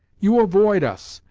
you avoid us,